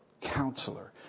Counselor